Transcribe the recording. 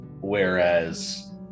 whereas